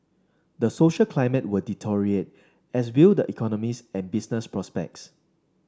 the social climate will deteriorate as will the economies and business prospects